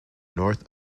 north